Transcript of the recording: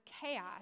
chaos